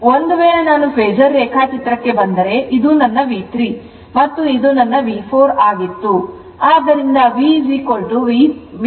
ಒಂದು ವೇಳೆ ನಾನು ಫೇಸರ್ ರೇಖಾಚಿತ್ರಕ್ಕೆ ಬಂದರೆ ಇದು ನನ್ನ V3 ಮತ್ತು ಇದು ನನ್ನ V4 ಆಗಿತ್ತು